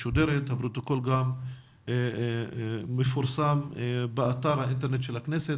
משודרת והפרוטוקול מפורסם באתר האינטרנט של הכנסת,